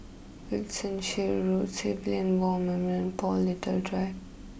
Wiltshire Road Civilian War Memorial and Paul little Drive